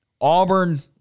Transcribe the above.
Auburn